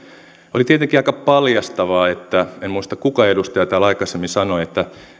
oli tietenkin aika paljastavaa että en muista kuka edustaja täällä aikaisemmin sanoi että